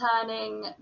turning